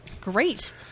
Great